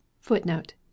Footnote